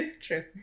True